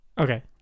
Okay